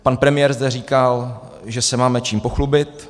Pan premiér zde říkal, že se máme čím pochlubit.